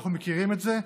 אנחנו מכירים את זה.